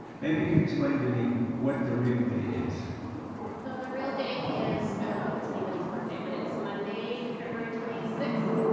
maybe you can explain to me what the real date is so, the real date is, i don't know if it's anybody's birthday but it's monday, february twenty sixth.